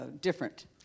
different